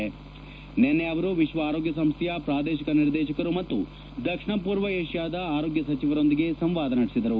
ಅವರು ನಿನ್ನೆ ವಿಶ್ವ ಆರೋಗ್ಯ ಸಂಸ್ಥೆಯ ಪ್ರಾದೇಶಿಕ ನಿರ್ದೇಶಕರು ಮತ್ತು ದಕ್ಷಿಣ ಪೂರ್ವ ಏಷ್ಯಾದ ಆರೋಗ್ಯ ಸಚಿವರೊಂದಿಗೆ ಸಂವಾದ ನಡೆಸಿದರು